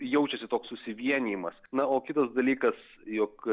jaučiasi toks susivienijimas na o kitas dalykas jog